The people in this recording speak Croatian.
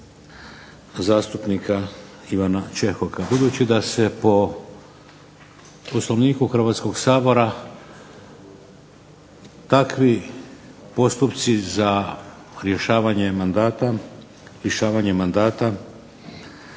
zastupnika Ivana Čehoka. Budući da se po Poslovniku Hrvatskog sabora takvi postupci za lišavanje mandata i odobrenje za